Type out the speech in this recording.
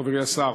חברי השר,